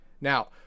Now